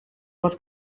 was